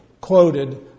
quoted